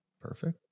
Perfect